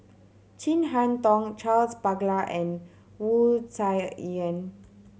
Chin Harn Tong Charles Paglar and Wu Tsai Yen